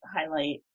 highlight